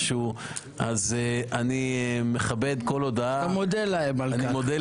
אני מכבד כל הודעה, אני מודה להם.